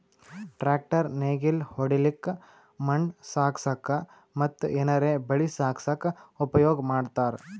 tractor ನೇಗಿಲ್ ಹೊಡ್ಲಿಕ್ಕ್ ಮಣ್ಣ್ ಸಾಗಸಕ್ಕ ಮತ್ತ್ ಏನರೆ ಬೆಳಿ ಸಾಗಸಕ್ಕ್ ಉಪಯೋಗ್ ಮಾಡ್ತಾರ್